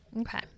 Okay